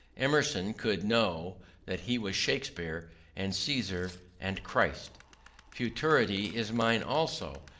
emerson could know that he was shakespeare and caesar and christ futurity is mine also,